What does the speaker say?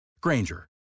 Granger